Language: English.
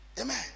Amen